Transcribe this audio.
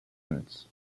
units